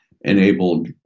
enabled